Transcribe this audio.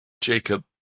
Jacob